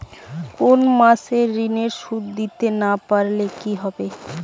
কোন মাস এ ঋণের সুধ দিতে না পারলে কি হবে?